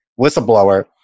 whistleblower